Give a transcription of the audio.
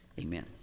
Amen